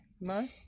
No